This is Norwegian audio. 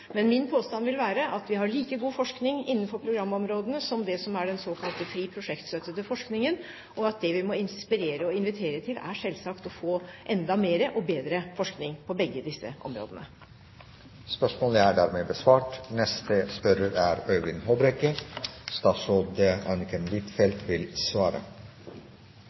Men min påstand vil være at vi skal ha like god forskning innenfor programområdene, som det vi har innenfor den såkalte frie prosjektstøtte til forskning, og at det vi må inspirere og invitere til, er selvsagt å få enda mer og bedre forskning på begge disse områdene. «Mangfoldet av festivaler er